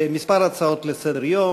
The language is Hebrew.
הצעות לסדר-היום